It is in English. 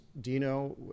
Dino